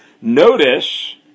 Notice